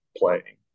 playing